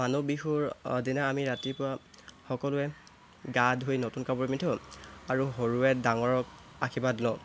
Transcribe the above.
মানুহ বিহুৰ দিনা আমি ৰাতিপুৱা সকলোৱে গা ধুই নতুন কাপোৰ পিন্ধোঁ আৰু সৰুয়ে ডাঙৰক আশিৰ্বাদ লওঁ